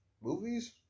Movies